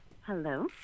Hello